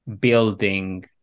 building